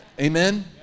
Amen